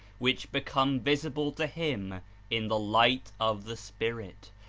which become vis ible to him in the light of the spirit,